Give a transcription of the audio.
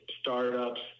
startups